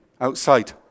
outside